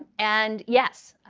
and, yes,